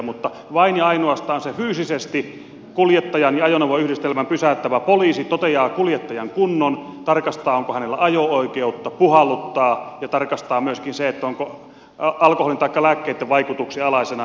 mutta vain ja ainoastaan se kuljettajan ja ajoneuvoyhdistelmän fyysisesti pysäyttävä poliisi toteaa kuljettajan kunnon tarkastaa onko hänellä ajo oikeutta puhalluttaa ja tarkastaa myöskin sen onko alkoholin taikka lääkkeitten vaikutuksen alaisena